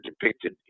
depicted